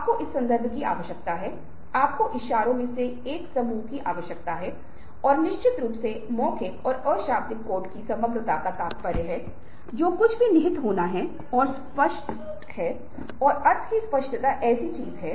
बहुत बार या यहां तक कि कैद के दौरान भी हमें यह कहने का कार्य करता है कि निर्दोषता की व्याख्या अक्सर सकारात्मक तरीकों से की जाती है और किसी व्यक्ति को किसी व्यक्ति से किसी प्रकार की अश्लीलता मिलती है